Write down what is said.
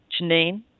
janine